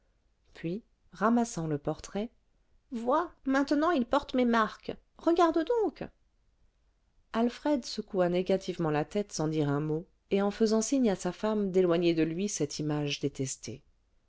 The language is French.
puis ramassant le portrait vois maintenant il porte mes marques regarde donc alfred secoua négativement la tête sans dire un mot et en faisant signe à sa femme d'éloigner de lui cette image détestée